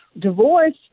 divorce